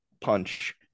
punch